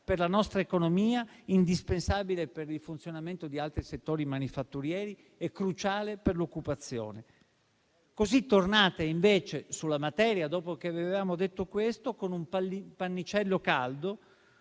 per la nostra economia, indispensabile per il funzionamento di altri settori manifatturieri e cruciale per l'occupazione. Così tornate invece sulla materia, dopo che vi avevamo detto questo, con un pannicello caldo,